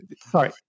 Sorry